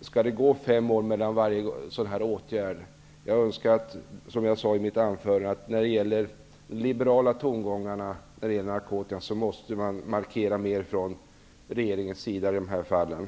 Skall det gå fem år mellan varje sådan åtgärd? Med hänsyn till de liberala tongångarna om narkotikan måste det ske en starkare markering från regeringens sida.